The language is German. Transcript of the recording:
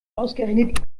ausgerechnet